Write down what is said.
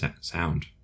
sound